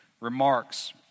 remarks